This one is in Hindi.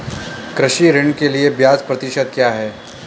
कृषि ऋण के लिए ब्याज प्रतिशत क्या है?